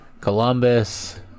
Columbus